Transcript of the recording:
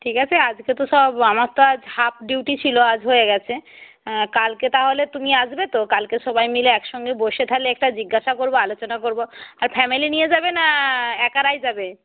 ঠিক আছে আজকে তো সব আমার তো আজ হাফ ডিউটি ছিলো আজ হয়ে গেছে কালকে তাহলে তুমি আসবে তো কালকে সবাই মিলে একসঙ্গে বসে তাহলে একটা জিজ্ঞাসা করবো আলোচনা করবো আর ফ্যামিলি নিয়ে যাবে না একারাই যাবে